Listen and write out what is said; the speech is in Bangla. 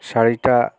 শাড়িটা